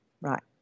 Right